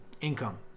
income